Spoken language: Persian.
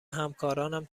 همکارانم